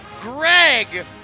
Greg